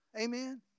Amen